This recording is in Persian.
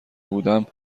بودم